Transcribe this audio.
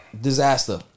Disaster